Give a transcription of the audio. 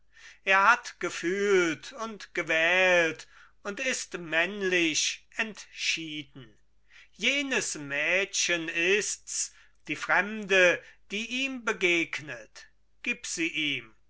er hat gefühlt und gewählt und ist männlich entschieden jenes mädchen ist's die fremde die ihm begegnet gib sie ihm